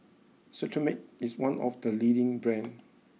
Cetrimide is one of the leading brands